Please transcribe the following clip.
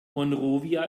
monrovia